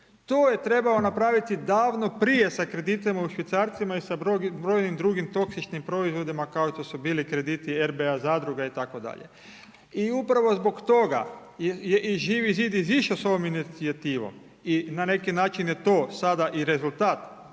To je trebao napraviti davno prije sa kreditima u švicarcima i sa brojnim drugim toksičnim proizvodima kao što su bili krediti RBA zadruga itd.. I upravo zbog toga je i Živi zid izišao sa ovom inicijativom i na neki način je to sada i rezultat,